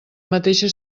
mateixa